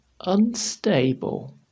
unstable